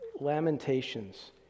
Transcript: Lamentations